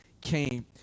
came